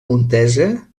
montesa